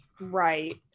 Right